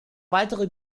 weitere